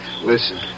Listen